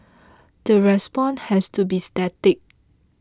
the response has to be static